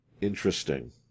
interesting